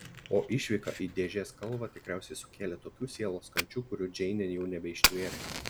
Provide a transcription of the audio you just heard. o išvyka į dėžės kalvą tikriausiai sukėlė tokių sielos kančių kurių džeinė jau nebeištvėrė